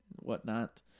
Whatnot